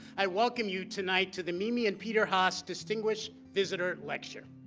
i welcome you tonight to the mimi and peter haas distinguished visitor lecture.